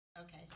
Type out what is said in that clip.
Okay